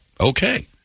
okay